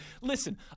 Listen